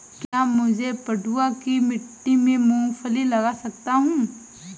क्या मैं पडुआ की मिट्टी में मूँगफली लगा सकता हूँ?